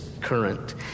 current